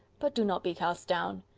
but do not be cast down.